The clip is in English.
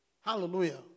Hallelujah